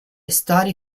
storie